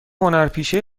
هنرپیشه